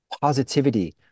positivity